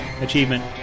achievement